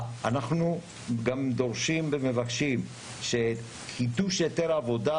אנחנו גם דורשים ומבקשים שחידוש היתר עבודה